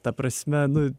ta prasme nu